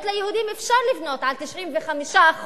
זו מדיניות,